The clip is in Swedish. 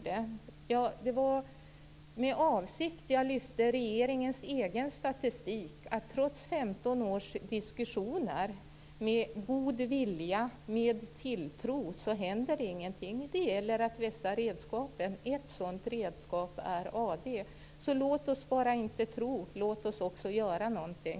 Det var med avsikt som jag lyfte fram regeringens egen statistik, som visar att trots 15 års diskussioner med god vilja och med tilltro händer det ingenting. Det gäller att vässa redskapen. Ett sådant redskap är AD. Låt oss inte bara tro, utan låt oss också göra någonting!